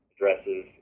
addresses